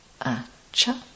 Acha